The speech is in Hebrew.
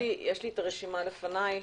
יש לי את הרשימה לפניי